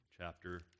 chapter